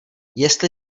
jestli